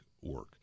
work